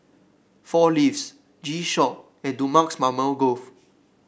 Four Leaves G Shock and Dumex Mamil Gold